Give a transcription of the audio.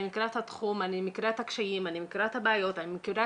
אני מכירה את התחום והקשיים ואת האתגרים.